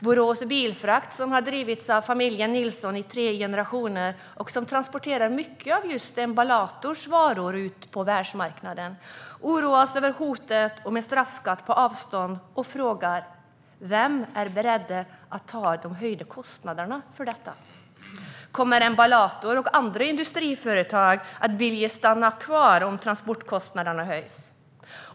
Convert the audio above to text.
Borås Bilfrakt, som har drivits av familjen Nilsson i tre generationer och som transporterar mycket av just Emballators varor ut på världsmarknaden, oroas över hotet om en straffskatt och frågar: Vem är beredd att ta de höjda kostnaderna för detta? Kommer Emballator och andra industriföretag att vilja stanna kvar om transportkostnaderna höjs?